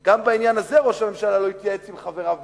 גם בעניין הזה ראש הממשלה לא התייעץ עם חבריו בליכוד.